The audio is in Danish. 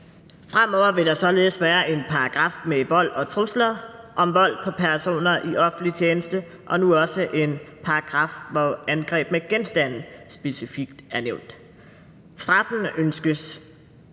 Fremover vil der således være en paragraf om vold og trusler, om vold mod personer i offentlig tjeneste og nu også en paragraf, hvor angreb med genstande specifikt er nævnt. Straffene ønskes